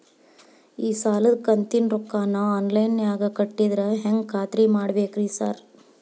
ಈ ಸಾಲದ ಕಂತಿನ ರೊಕ್ಕನಾ ಆನ್ಲೈನ್ ನಾಗ ಕಟ್ಟಿದ್ರ ಹೆಂಗ್ ಖಾತ್ರಿ ಮಾಡ್ಬೇಕ್ರಿ ಸಾರ್?